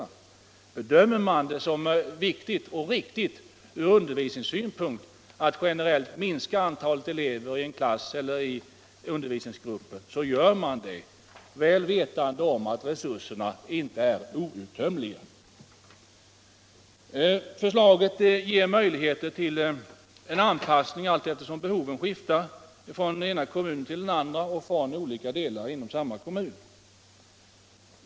Om man bedömer det som viktigt och riktigt från undervisningssynpunkt att generellt minska antalet elever i en klass eller i en undervisningsgrupp, så tar kommunen konsekvenserna, väl vetande att resurserna inte är outtömliga. Och förslaget ger möjligheter till anpassning allteftersom behoven skiftar från den ena kommunen till den andra eller mellan olika delar av samma kommun.